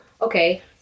Okay